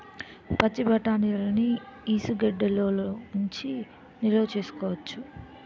పచ్చిబఠాణీలని ఇసుగెడ్డలలో ఉంచి నిలవ సేసుకోవచ్చును